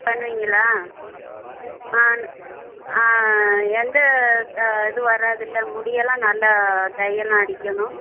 பண்ணுவீங்களா ஆ எந்த இதுவும் வராதில்ல முடியெல்லாம் நல்லா டையெல்லாம் அடிக்கணும்